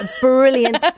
brilliant